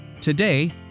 Today